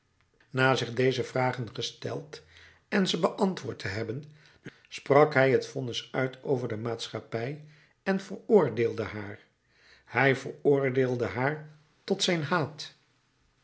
na zich deze vragen gesteld en ze beantwoord te hebben sprak hij het vonnis uit over de maatschappij en veroordeelde haar hij veroordeelde haar tot zijn haat